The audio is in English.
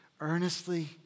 earnestly